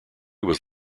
was